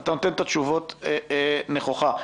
אתה עונה תשובות נכוחה.